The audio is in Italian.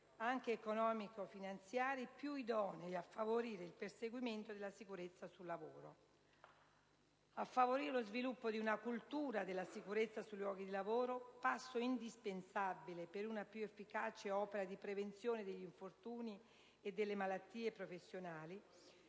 anche economico-finanziari, più idonei a favorire il perseguimento della sicurezza sul lavoro; a favorire lo sviluppo di una cultura della sicurezza sui luoghi di lavoro, passo indispensabile per una più efficace opera di prevenzione degli infortuni e delle malattie professionali,